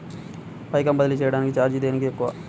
పైకం బదిలీ చెయ్యటానికి చార్జీ దేనిలో తక్కువ?